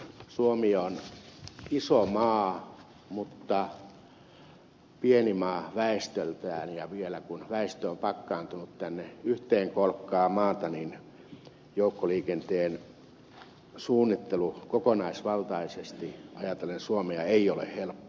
suomi on iso maa mutta pieni maa väestöltään ja vielä kun väestö on pakkaantunut tänne yhteen kolkkaan maata ei joukkoliikenteen suunnittelu kokonaisvaltaisesti suomea ajatellen ole helppo